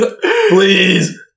Please